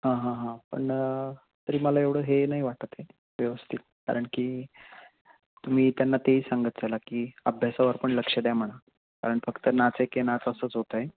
हां हां हां पण तरी मला एवढं हे नाही वाटत आहे व्यवस्थित कारण की तुम्ही त्यांना तेही सांगत चला की अभ्यासावर पण लक्ष द्या म्हणा कारण फक्त नाच की नाच असंच होतं आहे